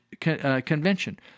convention